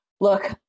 look